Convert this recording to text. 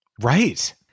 right